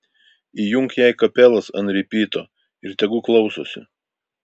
įjunk jai kapelas ant ripyto ir tegu klausosi